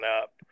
up